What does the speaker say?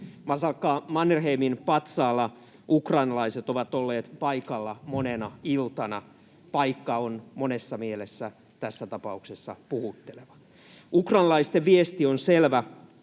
Mannerheimin patsaalla ukrainalaiset ovat olleet paikalla monena iltana — paikka on monessa mielessä tässä tapauksessa puhutteleva. Ukrainalaisten viesti on selvä: